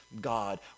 God